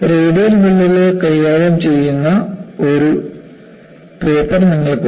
radial വിള്ളലുകൾ കൈകാര്യം ചെയ്യുന്ന മറ്റൊരു പേപ്പർ നിങ്ങൾക്ക് ഉണ്ട്